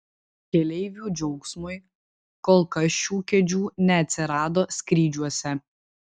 keleivių džiaugsmui kol kas šių kėdžių neatsirado skrydžiuose